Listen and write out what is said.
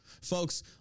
Folks